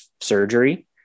surgery